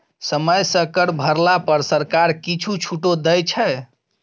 समय सँ कर भरला पर सरकार किछु छूटो दै छै